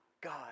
God